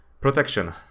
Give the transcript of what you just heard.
protection